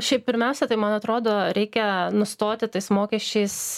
šiaip pirmiausia tai man atrodo reikia nustoti tais mokesčiais